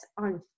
on